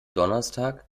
donnerstag